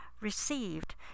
received